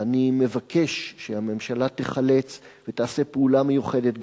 ואני מבקש שהממשלה תיחלץ ותעשה פעולה מיוחדת,